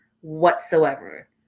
whatsoever